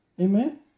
Amen